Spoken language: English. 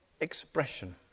expression